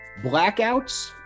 blackouts